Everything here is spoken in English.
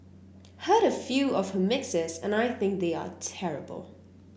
heard a few of her mixes and I think they are terrible